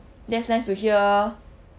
that's nice to hear